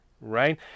right